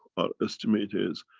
our estimate is,